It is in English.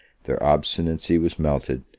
their obstinacy was melted,